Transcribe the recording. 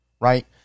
Right